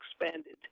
expanded